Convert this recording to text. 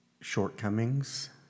shortcomings